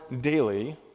daily